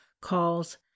calls